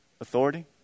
authority